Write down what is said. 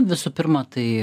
visų pirma tai